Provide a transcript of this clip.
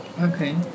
Okay